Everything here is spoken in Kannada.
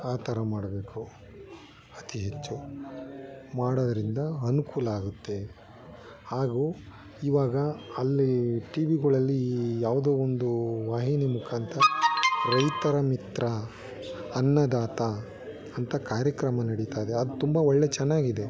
ಆ ಥರ ಮಾಡಬೇಕು ಅತೀ ಹೆಚ್ಚು ಮಾಡೋದ್ರಿಂದ ಅನುಕೂಲ ಆಗುತ್ತೆ ಹಾಗೂ ಇವಾಗ ಅಲ್ಲಿ ಟಿವಿಗಳಲ್ಲಿ ಯಾವ್ದೋ ಒಂದು ವಾಹಿನಿ ಮುಖಾಂತರ ರೈತರ ಮಿತ್ರ ಅನ್ನದಾತ ಅಂತ ಕಾರ್ಯಕ್ರಮ ನಡೀತಾ ಇದೆ ಅದು ತುಂಬ ಒಳ್ಳೆ ಚೆನ್ನಾಗಿದೆ